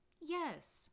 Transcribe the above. Yes